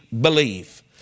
believe